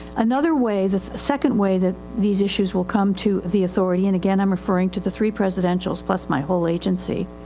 another way, the second way that these issues will come to the authority and again iim um referring to the three precedentials plus my whole agency.